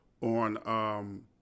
on